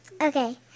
Okay